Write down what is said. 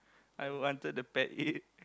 I wanted to pet it